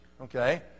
okay